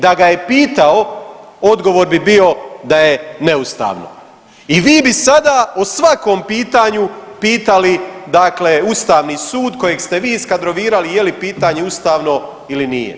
Da ga je pitao, odgovor bi bio da je neustavno i vi bi sada o svakom pitanju pitali dakle Ustavni sud kojeg ste vi iskadrovirali, je li pitanje ustavno ili nije.